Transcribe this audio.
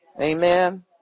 Amen